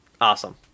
Awesome